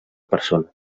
persona